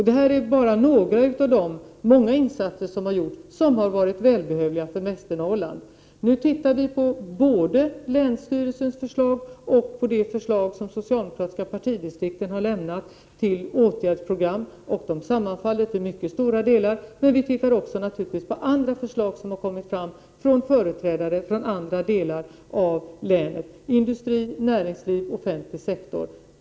Detta är bara några av de många, välbehövliga insatser som gjorts för Västernorrland. Nu tittar vi på både länsstyrelsens förslag och det förslag som det socialdemokratiska partidistriktet lämnat till åtgärdsprogram. De sammanfaller till mycket stora delar. Men vi tittar naturligtvis också på andra förslag, som kommit fram från företrädare för andra delar av länet, industri, näringsliv, offentlig sektor.